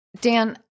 Dan